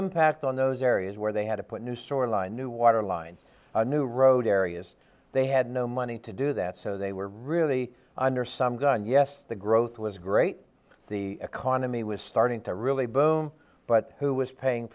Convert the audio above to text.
impact on those areas where they had to put new storyline new water line a new road areas they had no money to do that so they were really under some gun yes the growth was great the economy was starting to really boom but who was paying